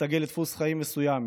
שהסתגל לדפוס חיים מסוים,